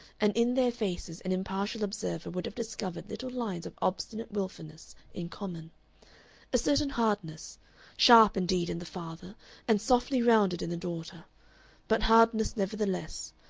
and in their faces an impartial observer would have discovered little lines of obstinate wilfulness in common a certain hardness sharp, indeed, in the father and softly rounded in the daughter but hardness nevertheless,